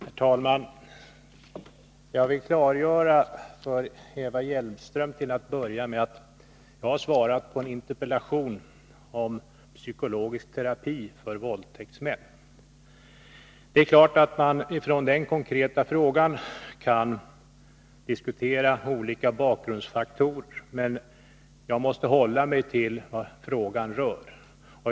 Herr talman! Jag vill till att börja med klargöra för Eva Hjelmström att jag har svarat på en interpellation om psykologisk terapi för våldtäktsmän. Det är klart att man med utgångspunkt i den konkreta frågan kan diskutera olika bakgrundsfaktorer, men jag måste hålla mig till vad interpellationen rör.